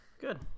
good